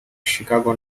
chicago